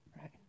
Right